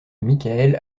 michael